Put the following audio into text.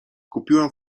kupiłam